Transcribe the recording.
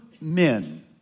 men